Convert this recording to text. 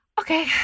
Okay